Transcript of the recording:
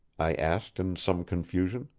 i asked in some confusion.